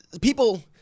people